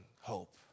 hope